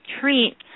treat